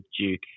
Duke